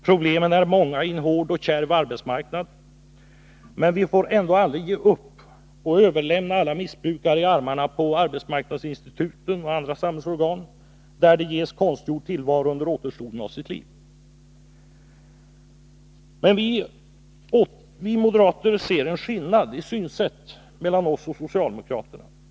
Problemen är många i en hård och kärv arbetsmarknad, men vi får ändock aldrig ge upp och överlämna alla missbrukare i armarna på arbetsmarknadsinstitut och andra samhällsorgan, där de ges en konstgjord tillvaro under återstoden av sitt liv. Men vi moderater ser en skillnad i synsätt mellan oss och socialdemokraterna.